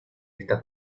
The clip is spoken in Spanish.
esta